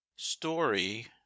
Story